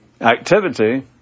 activity